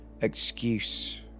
excuse